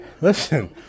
Listen